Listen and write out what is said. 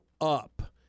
up